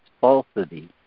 falsity